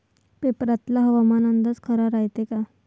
पेपरातला हवामान अंदाज खरा रायते का?